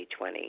2020